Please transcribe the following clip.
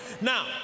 Now